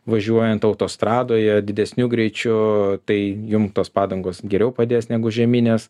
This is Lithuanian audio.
važiuojant autostradoje didesniu greičiu tai jum tos padangos geriau padės negu žieminės